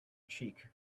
cheek